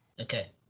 Okay